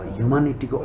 humanity